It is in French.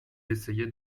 essayait